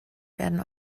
werden